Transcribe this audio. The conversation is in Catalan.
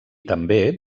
també